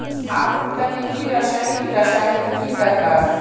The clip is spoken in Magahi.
आलूर तने की रासायनिक रासायनिक की दरकार?